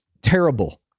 terrible